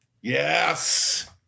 Yes